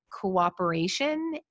Cooperation